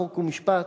חוק ומשפט,